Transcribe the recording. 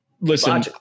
Listen –